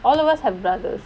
all of us have brothers